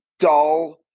dull